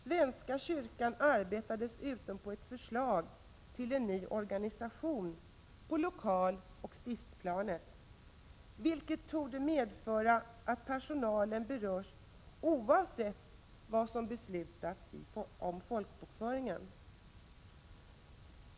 Svenska kyrkan arbetar dessutom på ett förslag till en ny organisation på lokaloch stiftsplanet, vilket torde medföra att personalen berörs oavsett vad som beslutas om folkbokföringen.